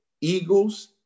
Eagles